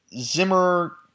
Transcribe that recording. Zimmer